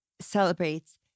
celebrates